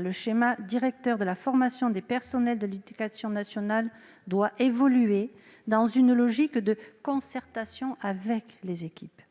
Le schéma directeur de la formation continue des personnels de l'éducation nationale doit évoluer en conséquence, dans une logique de concertation avec les équipes.